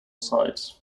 sides